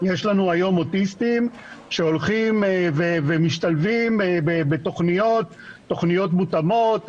יש לנו היום אוטיסטים שמשתלבים בתוכניות מותאמות,